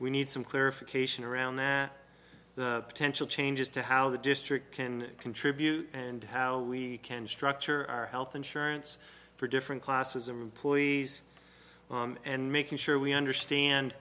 we need some clarification around that the potential changes to how the district can contribute and how we can structure our health insurance for different classes of employees and making sure we understand